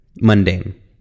mundane